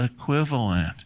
equivalent